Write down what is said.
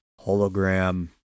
hologram